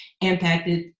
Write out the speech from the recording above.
impacted